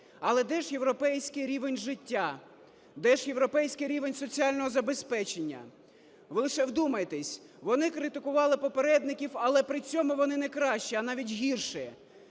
Але де ж європейський рівень життя? Де ж європейський рівень соціального забезпечення? Ви лише вдумайтесь, вони критикували попередників, але при цьому вони не кращі, а навіть гірші.